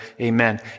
Amen